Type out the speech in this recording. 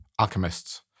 alchemists